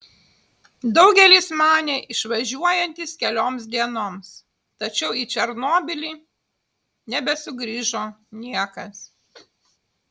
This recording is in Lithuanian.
daugelis manė išvažiuojantys kelioms dienoms tačiau į černobylį nebesugrįžo niekas